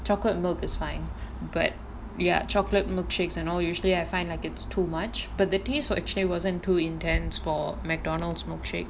chocolate milk is fine but ya chocolate milkshakes and all usually I find like it's too much but the taste wa~ actually wasn't too intense for McDonald's milkshake